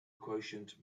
quotient